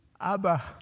Abba